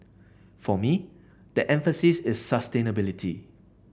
for me the emphasis is sustainability